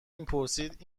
میپرسد